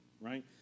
right